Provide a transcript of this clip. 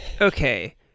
okay